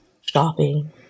shopping